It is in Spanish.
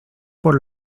por